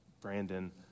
Brandon